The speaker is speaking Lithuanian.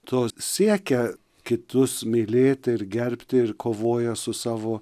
to siekia kitus mylėti ir gerbti ir kovoja su savo